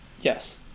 Yes